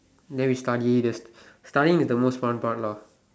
then we study the studying is the most fun part lah